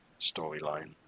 storyline